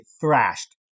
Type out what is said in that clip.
thrashed